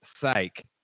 sake